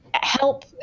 Help